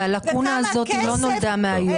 הלקונה הזאת לא נולדה היום.